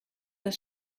das